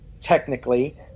technically